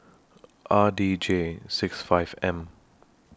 R D J six five M